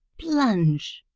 plunge!